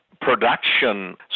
production